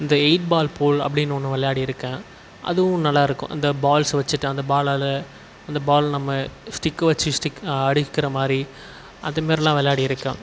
இந்த eight ball pool அப்படின்னு ஒன்று விளையாடிருக்கேன் அதுவும் நல்லாயிருக்கும் அந்த பால்ஸு வெச்சுட்டு அந்த பாலால் அந்த பால் நம்ம ஸ்டிக்கை வச்சி ஸ்டிக் அடிக்கிற மாதிரி அதுமாரிலாம் விளையாடிருக்கேன்